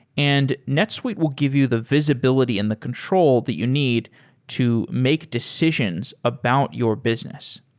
and netsuite will give you the visibility and the control that you need to make decisions about your business.